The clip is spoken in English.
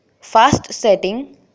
fast-setting